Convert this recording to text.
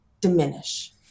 diminish